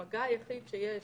המגע היחיד שיש